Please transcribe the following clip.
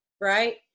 right